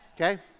Okay